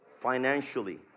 financially